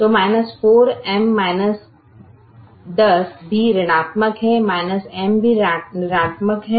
तो 4M 10 भी ऋणात्मक है M भी ऋणात्मक है